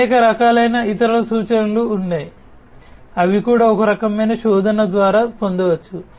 అనేక రకాలైన ఇతర సూచనలు ఉన్నాయి అవి కూడా ఒక రకమైన శోధన ద్వారా పొందవచ్చు